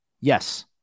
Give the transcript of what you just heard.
Yes